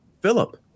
Philip